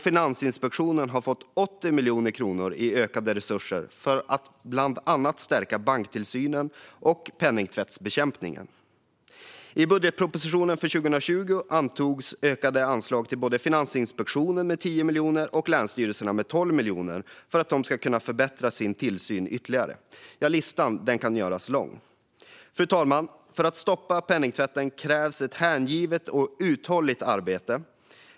Finansinspektionen har fått 80 miljoner kronor i ökade resurser för att bland annat stärka banktillsynen och penningtvättsbekämpningen. I budgetpropositionen för 2020 antogs ökade anslag till Finansinspektionen med 10 miljoner och länsstyrelserna med 12 miljoner för att de ska kunna förbättra sin tillsyn ytterligare. Listan kan göras lång. Fru talman! För att stoppa penningtvätten krävs ett hängivet och uthålligt arbete.